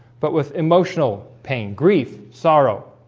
but with emotional pain grief sorrow